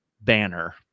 banner